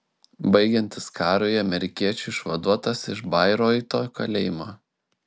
baigiantis karui amerikiečių išvaduotas iš bairoito kalėjimo